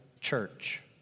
church